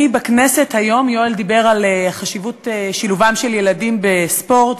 היום יואל דיבר על חשיבות שילובם של ילדים בספורט,